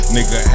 Nigga